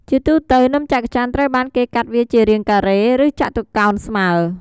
ជាទូទៅ នំច័ក្កច័នត្រូវបានគេកាត់វាជារាងការ៉េ ឬចតុកោណស្មើ។